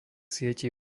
sietí